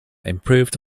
improved